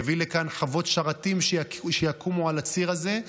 יביא לכאן חוות שרתים שיקומו על הציר הזה.